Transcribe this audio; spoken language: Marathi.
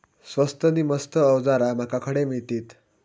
स्वस्त नी मस्त अवजारा माका खडे मिळतीत?